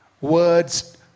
words